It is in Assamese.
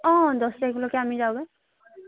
অ দহ তাৰিখলৈকে আমি যাওঁগৈ